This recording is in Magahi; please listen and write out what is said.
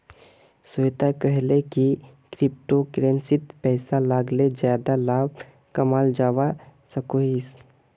श्वेता कोहले की क्रिप्टो करेंसीत पैसा लगाले ज्यादा लाभ कमाल जवा सकोहिस